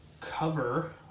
cover